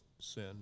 sin